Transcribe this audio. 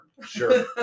Sure